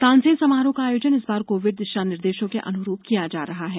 तानसेन समारोह का आयोजन इस बार कोविड दिशा निर्देशों के अनुरूप किया जा रहा है